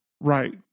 Right